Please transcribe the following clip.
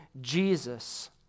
Jesus